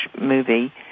movie